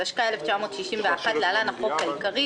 התשכ"א 1961 (להלן החוק העיקרי),